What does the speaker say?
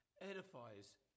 edifies